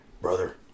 Brother